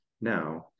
now